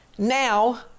Now